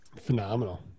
Phenomenal